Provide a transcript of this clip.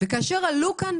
וכאשר עלו כאן